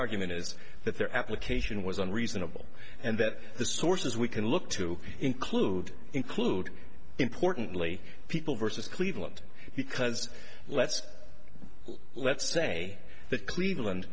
argument is that their application was on reasonable and that the sources we can look to include include importantly people versus cleveland because let's let's say that cleveland